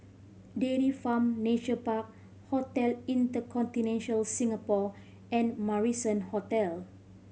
Dairy Farm Nature Park Hotel Inter Singapore and Marrison Hotel